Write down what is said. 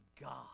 God